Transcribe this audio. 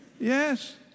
Yes